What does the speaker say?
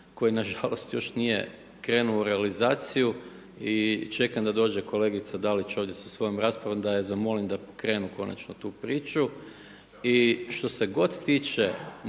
koji nažalost još nije krenuo u realizaciju i čekam da dođe kolegica Dalić ovdje sa svojom raspravom da je zamolim da pokrenu konačno tu priču. I što se god tiče